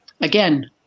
again